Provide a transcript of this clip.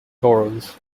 boroughs